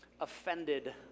offended